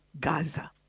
Gaza